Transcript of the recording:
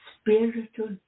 spiritual